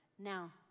Now